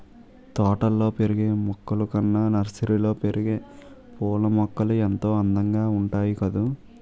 తోటల్లో పెరిగే మొక్కలు కన్నా నర్సరీలో పెరిగే పూలమొక్కలు ఎంతో అందంగా ఉంటాయి కదూ